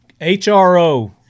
H-R-O